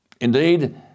Indeed